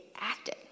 acted